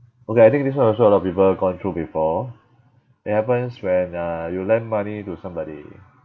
okay I think this one also a lot of people gone through before it happens when uh you lend money to somebody